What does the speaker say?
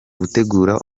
gutegura